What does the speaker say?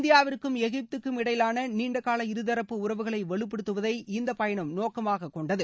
இந்தியாவிற்கும் எகிப்துக்கும் இடையிலாள நீண்டகால இருதரப்பு உறவுகளை வலுப்படுத்துவதை இந்த பயணம் நோக்கமாக கொண்டது